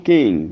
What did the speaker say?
King